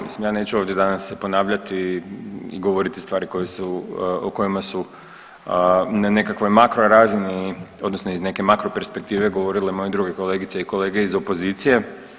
Mislim ja neću ovdje danas se ponavljati i govoriti stvari o kojima su na nekakvoj makro razini odnosno iz nekakve makro perspektive govorile moje druge kolegice i kolege iz opozicije.